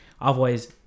Otherwise